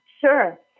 Sure